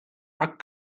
are